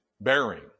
bearing